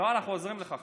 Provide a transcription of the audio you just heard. לא, אנחנו עוזרים לך.